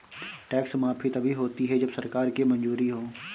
tax माफी तभी होती है जब सरकार की मंजूरी हो